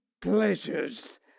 pleasures